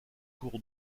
cours